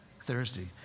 Thursday